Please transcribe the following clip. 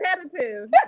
competitive